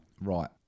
Right